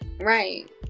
Right